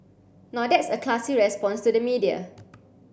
now that's a classy response to the media